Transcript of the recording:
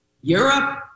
Europe